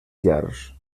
llars